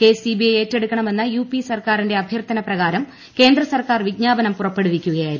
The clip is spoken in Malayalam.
കേസ് സിബിഐ ഏറ്റെടുക്കണമെന്ന യുപി സർക്കാരിന്റെ അഭ്യർത്ഥന പ്രകാരം കേന്ദ്രസർക്കാർ വിജ്ഞാപനം പുറപ്പെടുവിക്കുകയായിരുന്നു